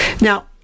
Now